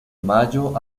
mayo